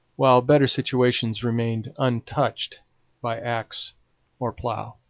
while better situations remained untouched by axe or plough.